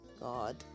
God